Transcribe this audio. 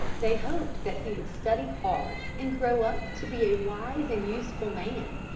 they hoped that he would study hard and grow up to be a wise and useful man,